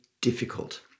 difficult